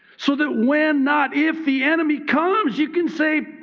so that when not if the enemy comes, you can say,